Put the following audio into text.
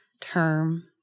term